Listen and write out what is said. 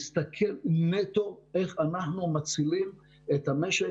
צריך להסתכל נטו איך אנחנו מצילים את המשק